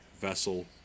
vessel